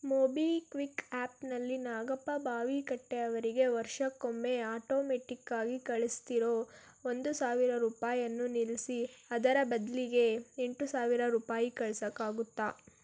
MobiKwik ಆ್ಯಪ್ನಲ್ಲಿ ನಾಗಪ್ಪ ಬಾವಿಕಟ್ಟೆ ಅವರಿಗೆ ವರ್ಷಕ್ಕೊಮ್ಮೆ ಆಟೋಮೆಟ್ಟಿಕ್ಕಾಗಿ ಕಳಿಸ್ತಿರೋ ಒಂದು ಸಾವಿರ ರೂಪಾಯಿಯನ್ನು ನಿಲ್ಲಿಸಿ ಅದರ ಬದಲಿಗೆ ಎಂಟು ಸಾವಿರ ರೂಪಾಯಿ ಕಳ್ಸೋಕ್ಕಾಗುತ್ತಾ